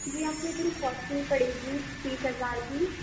جی آپ کو یہ تھوڑی کوسٹلی پڑے گی تیس ہزار کی